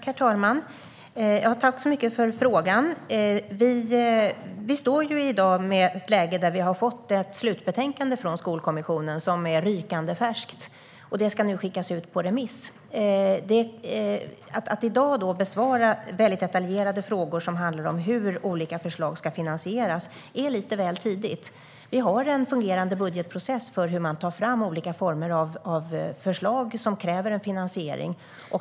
Herr talman! Tack, Maria Stockhaus, för frågan! Vi har i dag fått ett rykande färskt slutbetänkande från Skolkommissionen, och det ska nu skickas ut på remiss. Att i dag besvara detaljerade frågor om hur olika förslag ska finansieras är lite väl tidigt. Vi har en fungerande budgetprocess där man tar fram olika former av förslag som kräver en finansiering.